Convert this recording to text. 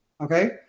Okay